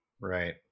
Right